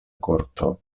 korto